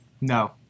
No